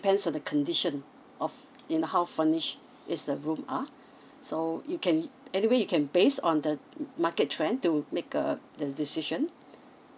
depends on the condition of in how furnished is the room are so you can anyway you can based on the uh market trend to make uh the decision